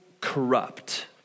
corrupt